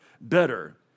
Better